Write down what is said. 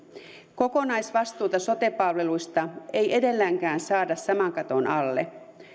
kokonaisvastuuta sote palveluista ei edelleenkään saada saman katon alle